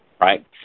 right